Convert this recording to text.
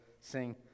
sing